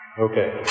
Okay